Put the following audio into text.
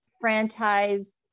franchise